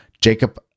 Jacob